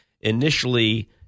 initially